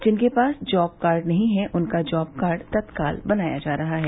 जिनके पास job card नहीं हैं उनका जॉब कार्ड तत्काल बनाया जा रहा है